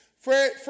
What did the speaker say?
Fred